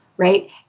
Right